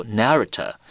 narrator